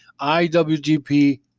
iwgp